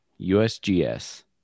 USGS